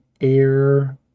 air